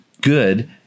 good